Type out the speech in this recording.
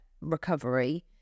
recovery